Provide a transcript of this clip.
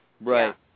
right